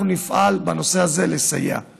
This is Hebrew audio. אנחנו נפעל לסייע בנושא הזה.